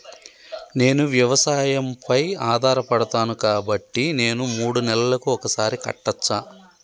నేను వ్యవసాయం పై ఆధారపడతాను కాబట్టి నేను మూడు నెలలకు ఒక్కసారి కట్టచ్చా?